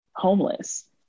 homeless